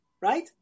right